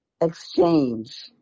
exchange